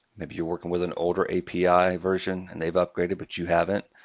maybe you're working with an older api version, and they've upgraded, but you haven't.